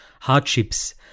hardships